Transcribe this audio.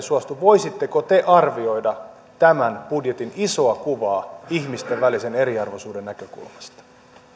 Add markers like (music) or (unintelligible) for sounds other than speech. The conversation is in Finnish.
(unintelligible) suostu voisitteko te arvioida tämän budjetin isoa kuvaa ihmisten välisen eriarvoisuuden näkökulmasta